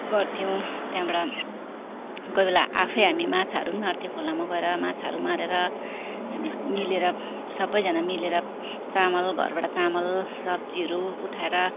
गर्थ्यौँ त्यहाँबाट कोही बेला आफै हामी माछाहरू पनि मार्थ्यौँ खोलामा गएर माछाहरू मारेर हामी मिलेर सबैजना मिलेर चामल घरबाट चामल सब्जीहरू उठाएर